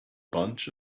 bunch